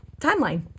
timeline